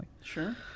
Sure